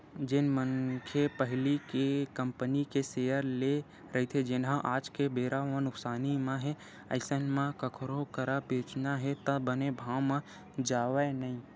जेन मनखे पहिली ले कंपनी के सेयर लेए रहिथे जेनहा आज के बेरा म नुकसानी म हे अइसन म कखरो करा बेंचना हे त बने भाव म जावय नइ